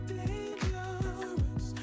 dangerous